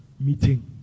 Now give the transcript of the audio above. meeting